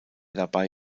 dabei